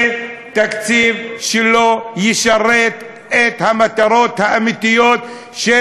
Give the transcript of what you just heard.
זה תקציב שלא ישרת את המטרות האמיתיות של